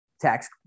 Tax